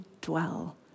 dwell